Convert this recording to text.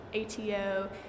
ATO